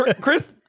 Chris